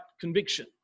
conviction